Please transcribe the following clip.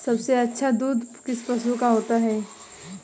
सबसे अच्छा दूध किस पशु का होता है?